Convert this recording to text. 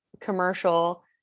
commercial